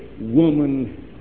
woman